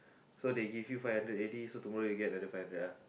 so they give you five hunderd already so tomorrow you get another five hundred ah